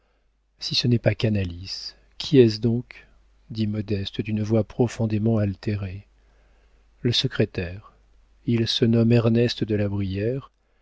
si ce n'est pas canalis qui est-ce donc dit modeste d'une voix profondément altérée le secrétaire il se nomme ernest de la brière